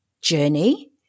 journey